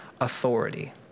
authority